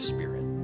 Spirit